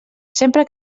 sempre